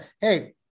hey